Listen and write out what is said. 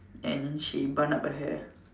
and then she bun up her hair